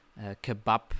kebab